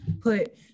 put